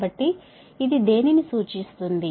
కాబట్టి ఇది దేనిని సూచిస్తుంది